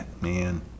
Man